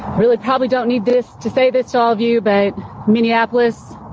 really probably don't need this to say this, all of you, but minneapolis,